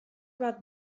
bat